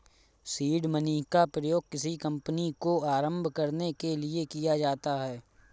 seed money का प्रयोग किसी कंपनी को आरंभ करने के लिए किया जाता है